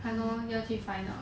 !hannor! 要去 find out ah